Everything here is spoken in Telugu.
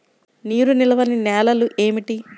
నీరు నిలువని నేలలు ఏమిటి?